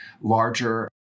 larger